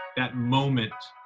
that moment